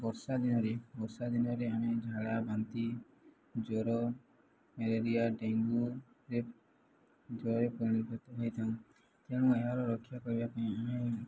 ବର୍ଷା ଦିନରେ ବର୍ଷା ଦିନରେ ଆମେ ଝାଡ଼ା ବାନ୍ତି ଜ୍ଵର ମ୍ୟାଲେରିଆ ଡେଙ୍ଗୁ ଜ୍ଵରରେ ତେଣୁ ଏହାର ରକ୍ଷା କରିବା ପାଇଁ ଆମେ